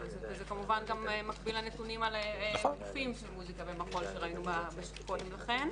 זה כמובן גם מקביל לנתונים על גופים של מוסיקה ומחול שראינו קודם לכן.